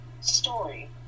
story